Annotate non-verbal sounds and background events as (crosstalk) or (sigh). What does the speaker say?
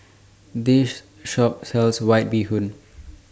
(noise) This Shop sells White Bee Hoon